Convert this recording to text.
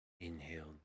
Inhale